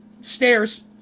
stairs